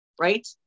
right